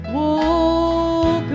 walk